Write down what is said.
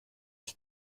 ich